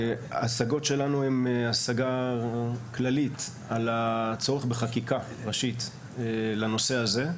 ההשגות שלנו הן השגה כללית על הצורך בחקיקה ראשית לנושא הזה.